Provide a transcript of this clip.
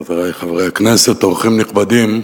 חברי חברי הכנסת, אורחים נכבדים,